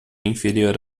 inferior